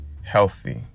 healthy